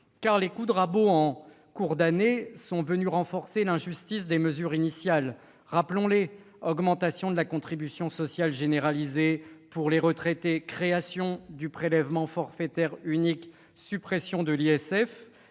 les coups de rabot en cours d'année sont venus renforcer l'injustice de vos mesures initiales : augmentation de la contribution sociale généralisée pour les retraités, création du prélèvement forfaitaire unique, suppression de l'ISF,